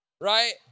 Right